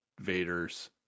Vader's